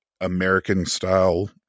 American-style